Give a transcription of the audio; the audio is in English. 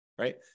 right